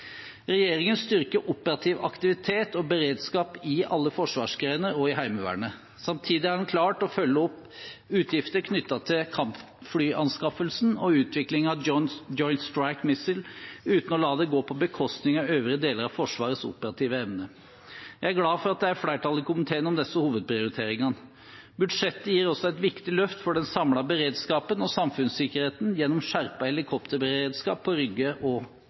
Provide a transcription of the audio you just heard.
Regjeringen styrker operativ aktivitet og beredskap i alle forsvarsgrener og i Heimevernet. Samtidig har man klart å følge opp utgifter knyttet til kampflyanskaffelsen og utviklingen av Joint Strike Missile uten å la det gå på bekostning av øvrige deler av Forsvarets operative evne. Jeg er glad for at det er flertall i komiteen om disse hovedprioriteringene. Budsjettet gir også et viktig løft for den samlede beredskapen og samfunnssikkerheten gjennom skjerpet helikopterberedskap på Rygge